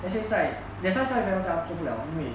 let's say 在 that's why that's why that's why 它做不了因为